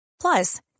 plus